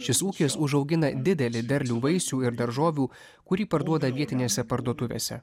šis ūkis užaugina didelį derlių vaisių ir daržovių kurį parduoda vietinėse parduotuvėse